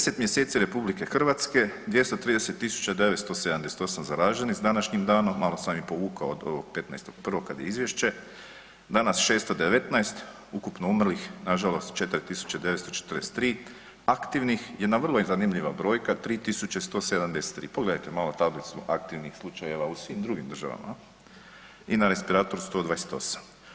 10 mjeseci RH 230.978 zaraženih s današnjim danom, malo sam i povukao od ovog 15.1. kad je izvješće, danas 619, ukupno umrlih nažalost 4.943, aktivnih jedna vrlo zanimljiva brojka 3.173, pogledajte malo tablicu aktivnih slučajeva u svim drugim državama i na respiratoru 128.